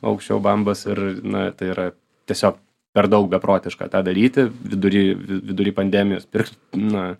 aukščiau bambos ir na tai yra tiesiog per daug beprotiška tą daryti vidury vi vidury pandemijos pirkt na